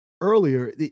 earlier